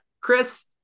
chris